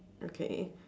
okay